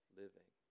living